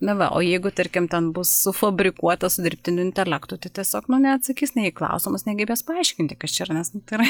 na va o jeigu tarkim ten bus sufabrikuota su dirbtiniu intelektu tai tiesiog nu neatsakys nei į klausimus nei gebės paaiškinti kas čia yra nes tai yra